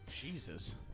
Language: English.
Jesus